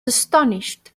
astonished